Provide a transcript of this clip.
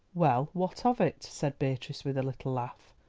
well, what of it? said beatrice, with a little laugh.